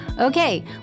Okay